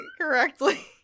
correctly